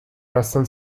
russell